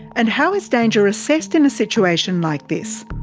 and how is danger assessed in a situation like this?